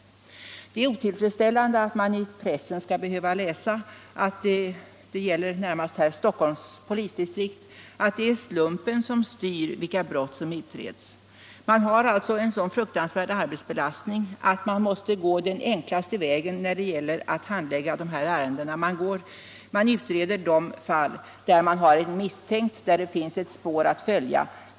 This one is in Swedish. I pressen läser man — det gäller här närmast Stockholms polisdistrikt —- att det är slumpen som styr vilka brott som utreds. Man har alltså en så svår arbetsbelastning att man måste gå den enklaste vägen när det gäller att handlägga dessa ärenden. Man utreder de fall där man har en misstänkt eller där det finns ett spår att följa.